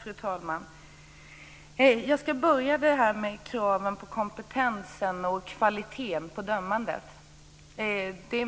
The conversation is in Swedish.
Fru talman! Jag ska börja med frågan om kraven på kompetens och kvaliteten på dömandet.